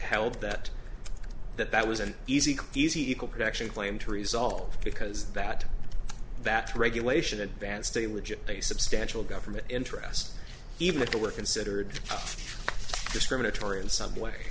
held that that that was an easy easy equal protection claim to resolve because that that regulation advanced a legit a substantial government interest even if it were considered discriminatory in some way